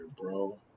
bro